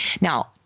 Now